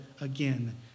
again